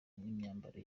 n’imyambaro